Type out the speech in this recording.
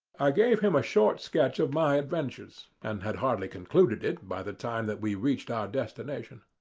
i gave him a short sketch of my adventures, and had hardly concluded it by the time that we reached our destination.